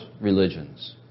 religions